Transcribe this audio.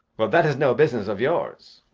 well, that is no business of yours.